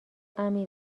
امیر